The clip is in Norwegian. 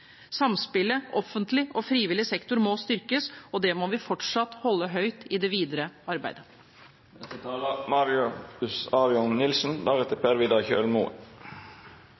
Samspillet mellom offentlig og frivillig sektor må styrkes, og det må vi fortsatt holde høyt i det videre